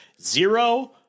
zero